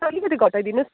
अलिकति घटाइदिनु होस्